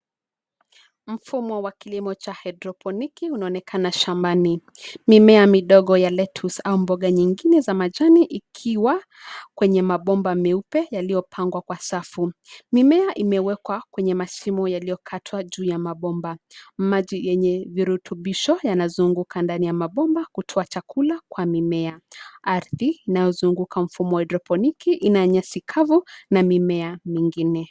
Mfumo wa kilimo cha hidroponiki unaonekana shambani. Mimea midogo ya (cs)lettuce(cs) au mboga nyengine za majani ikiwa kwenye mabomba meupe yaliyopangwa kwa safu. Mimea imewekwa kwenye mashimo yaliyokatwa juu ya mabomba. Maji yenye virutubisho yanazunguka ndani ya mabomba kutoa chakula kwenye mimea. Ardhi inayozunguka mfumo wa hidroponiki ina nyasi kavu na mimea mengine.